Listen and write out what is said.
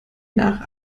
nach